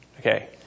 Okay